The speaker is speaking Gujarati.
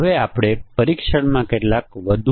આપણે વિશેષ મૂલ્ય પરીક્ષણના કેસો તરફ ધ્યાન આપ્યું છે